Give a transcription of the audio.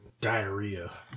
diarrhea